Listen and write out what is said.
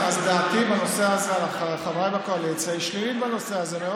אז דעתי על חבריי בקואליציה היא שלילית בנושא הזה.